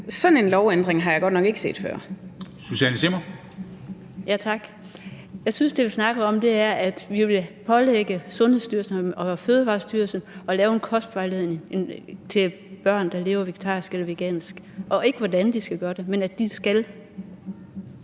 Sådan en lovændring har jeg godt nok ikke set før.